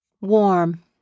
Warm